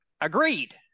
agreed